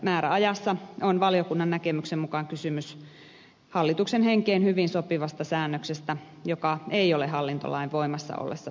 määräajassa on valiokunnan näkemyksen mukaan kysymys hallituksen henkeen hyvin sopivasta säännöksestä joka ei ole hallintolain voimassa ollessa välttämätön